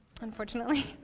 unfortunately